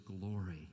glory